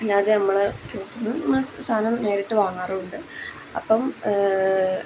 അല്ലാതെ നമ്മൾ നമ്മൾ സാധനം നേരിട്ട് വാങ്ങാറും ഉണ്ട് അപ്പം